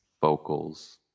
vocals